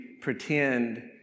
pretend